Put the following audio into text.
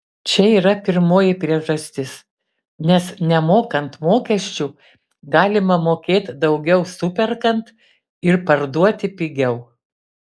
čia yra pirmoji priežastis nes nemokant mokesčių galima mokėt daugiau superkant ir parduoti pigiau